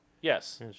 Yes